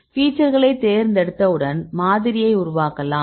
ஃபீச்சர்களை தேர்ந்தெடுத்தவுடன் மாதிரியை உருவாக்கலாம்